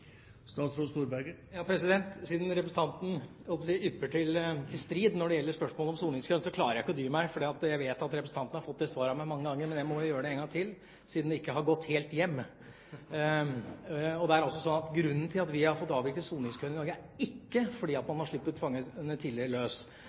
klarer jeg ikke å dy meg, for jeg vet at representanten har fått svaret av meg mange ganger, men jeg må gi det en gang til, siden det ikke har gått helt hjem. Grunnen til at vi har fått avviklet soningskøen i Norge, er ikke at